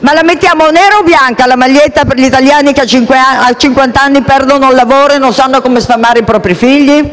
Ma la mettiamo nera o bianca la maglietta per gli italiani che a cinquant'anni perdono il lavoro e non sanno come sfamare i propri figli?